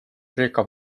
kreeka